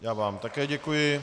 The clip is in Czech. Já vám také děkuji.